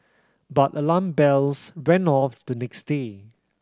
but alarm bells went off the next day